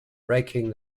raking